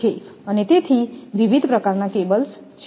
તેથી વિવિધ પ્રકારના કેબલ્સ છે